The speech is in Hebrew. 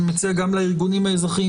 אני מציע גם לארגונים האזרחיים,